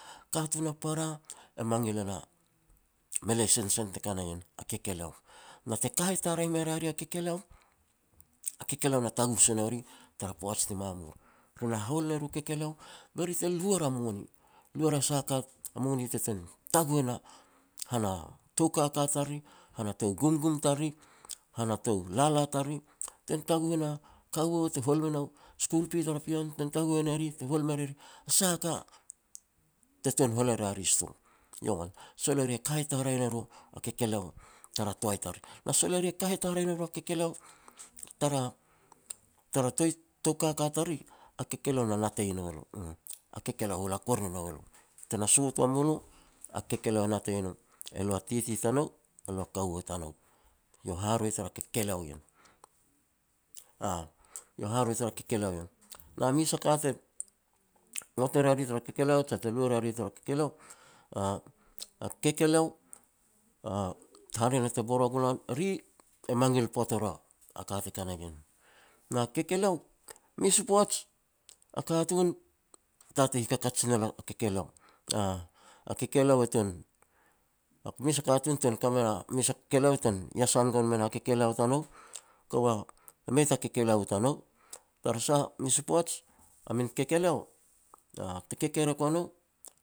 Katun a para mangil e na malei sensen te ka na ien, a kekeleo, na te kahet haraeh me ria ri a kekeleo, a kekeleo na taguh se nou eri tara poaj ni mamur. Ri na hahual ne ru a kekeleo be ri te lu er a moni, lu er a sah a ka, moni te tuan taguh e na han a tou kaka tariri, han a tou gumgum i tariri, han a tou lala tariri, tuan taguh e na kaua te hual me nao school fee tara pean, tuan e ne ri te hual me ria ri sah a te tuan hual ria ri sto. Yowan sol eri kahet haraeh ne ro a kekeleo tara toai tariri, na sol eri kahet haraeh ne ro a kekeleo tara toi tou kaka tariri, a kekeleo na natei nou elo. Kekeleo na hula kuer ne nou e lo te na sot wa mulo kekeleo natei nou elo a titi tanou na kaua tanou. Eiau haroi tara kekeleo ien eiau haro tara kekeleo ien. Na mes a ka te ngot e ria ri tara kekeleo, je te lui ria ri tara kekeleo a-a kekeleo hare na te bor wa gul an, eri e mangil pot er a ka te ka na ien. Na kekeleo, mes u poaj a katun tatei hikakat sil er a kekeleo, uuh. A kekeleo e tuan mes a katun tuan ka me na mes, mes a kekeleo tuan iasan gon mena kekeleo tanou, kova mei ta kekeleo u tanou, tara sah mes u poaj a min kekeleo te kekerek ua nou